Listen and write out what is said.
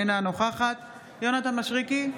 אינה נוכחת יונתן מישרקי,